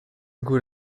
good